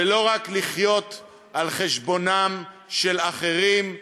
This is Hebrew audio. ולא רק לחיות על חשבונם של אחרים,